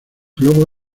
luego